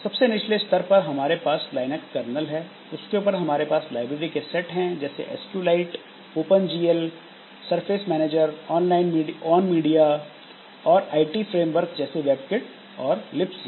सबसे निचले स्तर पर हम हमारे पास लाइनेक्स करनल है उसके ऊपर हमारे पास लाइब्रेरी के सेट हैं जैसे SQLite open GL surface manager own media SQ Lite open GL surface manager own media और आईटी फ्रेमवर्क जैसे वेबकिट और लिब सी